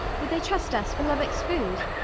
would they trust us for lubbock's food?